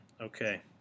Okay